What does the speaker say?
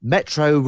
Metro